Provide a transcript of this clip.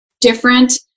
different